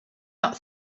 not